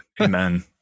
Amen